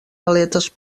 aletes